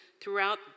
throughout